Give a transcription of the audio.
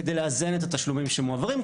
כדי לאזן את התשלומים שמועברים.